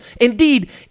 Indeed